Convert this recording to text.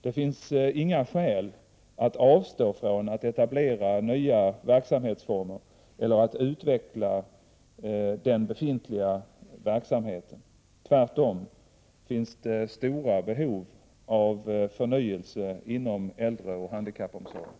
Det finns inga skäl att avstå från att etablera nya verksamhetsformer eller att utveckla den befintliga verksamheten. Tvärtom finns det stora behov av förnyelse inom äldreoch handikappomsorgen.